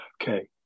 Okay